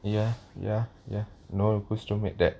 ya ya ya no